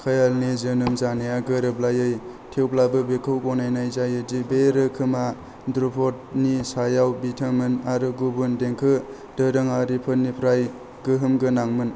खोयालनि जोनोम जानाया गोरोबलायै थेवब्लाबो बेखौ गनायनाय जायो दि बे रोखोमा ध्रुप'दनि सायाव बिथामोन आरो गुबुन देंखो दोरोङारिफोरनिफ्राय गोहोम गोनांमोन